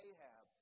Ahab